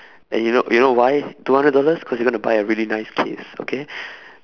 and you know you know why two hundred dollars cause you're gonna buy a really nice case okay